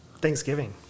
Thanksgiving